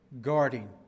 guarding